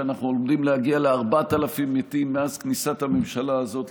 שאנחנו עומדים להגיע ל-4,000 מתים מאז כניסת הממשלה הזאת,